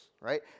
right